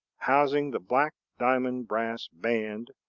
housing the black diamond brass band,